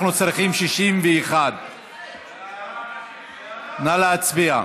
אנחנו צריכים 61. נא להצביע.